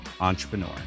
entrepreneur